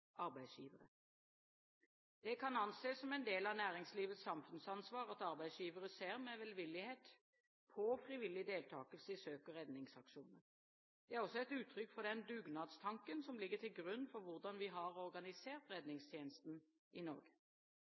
Det kan anses som en del av næringslivets samfunnsansvar at arbeidsgivere ser med velvillighet på frivillig deltakelse i søk- og redningsaksjoner. Det er også et uttrykk for den dugnadstanken som ligger til grunn for hvordan vi har organisert redningstjenesten i Norge.